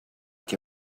què